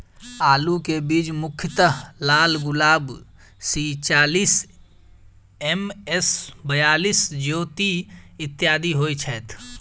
आलु केँ बीज मुख्यतः लालगुलाब, सी चालीस, एम.एस बयालिस, ज्योति, इत्यादि होए छैथ?